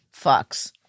fucks